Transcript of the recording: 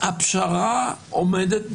הפשרה עומדת בפתח,